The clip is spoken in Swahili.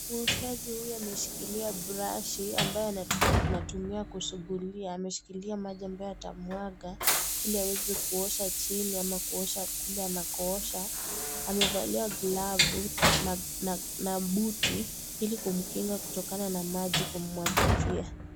Muoshaji huyu ameshikilia brashi ambayo anatumia kusugulia, ameshikilia maji ambayo atamwaga ili aweze kuosha chini ama kuosha kule anakoosha amevalia glavu na buti ili kumkinga kutokana na maji kumwagikia.